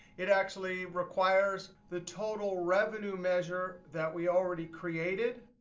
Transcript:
it actually requires the total revenue measure that we already created.